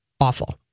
awful